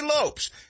Lopes